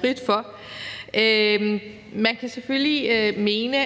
frit for. Man kan selvfølgelig mene,